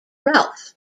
ralph